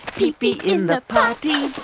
pee-pee in the potty.